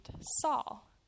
Saul